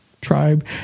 tribe